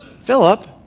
Philip